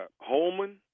Holman